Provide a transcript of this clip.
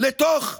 לתוך ממשלה,